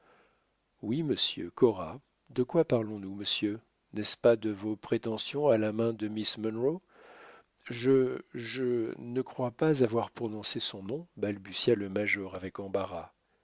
oui monsieur cora de quoi parlons-nous monsieur n'est-ce pas de vos prétentions à la main de miss munro je je ne crois pas avoir prononcé son nom balbutia le major avec embarras